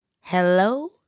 Hello